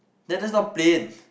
that that's not plain